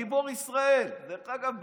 גיבור ישראל דרך אגב,